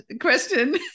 question